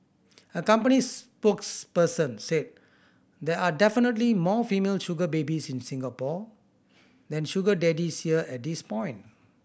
a company spokesperson said there are definitely more female sugar babies in Singapore than sugar daddies here at this point